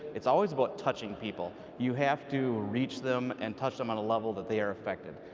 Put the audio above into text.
it's always about touching people. you have to reach them and touch them on a level that they are affected,